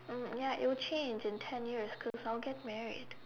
um ya it would change in ten years cause I will get married